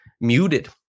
muted